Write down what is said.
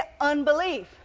unbelief